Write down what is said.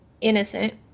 innocent